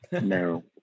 No